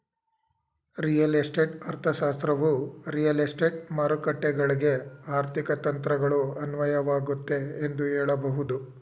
real estate ಅರ್ಥಶಾಸ್ತ್ರವು real estate ಮಾರುಕಟ್ಟೆಗಳ್ಗೆ ಆರ್ಥಿಕ ತಂತ್ರಗಳು ಅನ್ವಯವಾಗುತ್ತೆ ಎಂದು ಹೇಳಬಹುದು